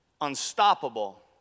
unstoppable